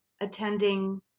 attending